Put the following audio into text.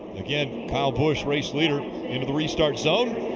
again, kyle busch race leader into the restart zone.